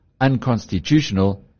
unconstitutional